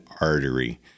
artery